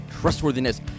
trustworthiness